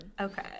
Okay